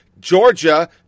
Georgia